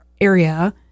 area